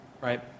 right